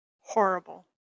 horrible